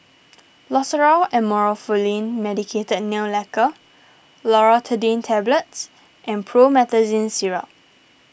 Loceryl Amorolfine Medicated Nail Lacquer Loratadine Tablets and Promethazine Syrup